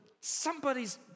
somebody's